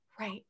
right